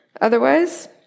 Otherwise